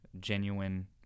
genuine